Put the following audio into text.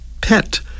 ...pet